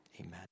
Amen